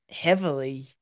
heavily